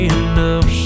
enough